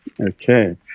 Okay